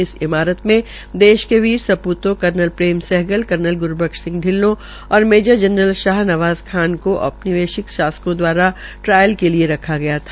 इस ईमारत मे देश के वीर स्पूतों कर्नल प्रेम सहगल कर्नल ग्रबख्श सिंह शिल्लों और मेजर जरनल शाह नवाज़ खान को औपनिवेशक शासकों द्वारा ट्रायल के लिये रखा गया था